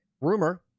Rumor